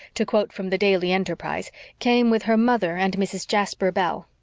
to quote from the daily enterprise came with her mother and mrs. jasper bell.